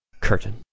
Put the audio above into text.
Curtain